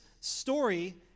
story